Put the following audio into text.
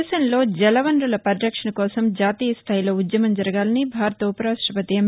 దేశంలో జల వనరుల పరిరక్షణ కోసం జాతీయ స్థాయిలో ఉద్యమం జరగాలని భారత ఉపరాష్టవతి ఎం